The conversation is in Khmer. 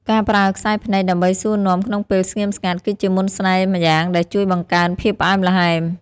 ការប្រើខ្សែភ្នែកដើម្បីសួរនាំក្នុងពេលស្ងៀមស្ងាត់ គឺជាមន្តស្នេហ៍ម្យ៉ាងដែលជួយបង្កើនភាពផ្អែមល្ហែម។